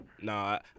No